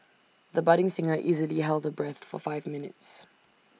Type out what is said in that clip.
the budding singer easily held her breath for five minutes